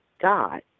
God